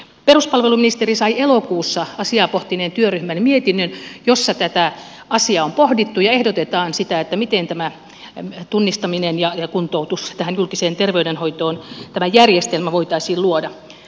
peruspalveluministeri sai elokuussa asiaa pohtineen työryhmän mietinnön jossa tätä asiaa on pohdittu ja jossa ehdotetaan sitä miten tämä järjestelmä tunnistaminen ja kuntoutus julkiseen terveydenhoitoon voitaisiin luoda